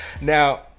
Now